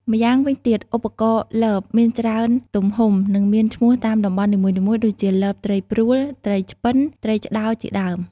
ម្យ៉ាងវិញទៀត ឧបករណ៍លប មានច្រើនទំហំ និងមានឈ្មោះតាមតំបន់នីមួយៗ ដូចជាលបត្រីព្រួល ត្រីឆ្ពិន ត្រីឆ្ដោជាដើម។